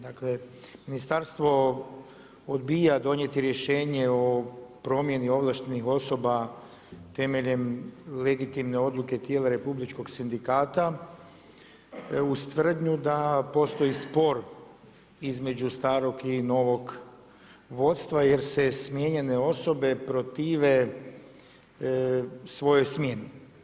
Dakle ministarstvo odbija donijeti rješenje o promjeni ovlaštenih osoba temeljem legitimne odluke tijela Republičkog sindikata uz tvrdnju da postoji spor između starog i novog vodstva jer se smijenjene osobe protive svojoj smjeni.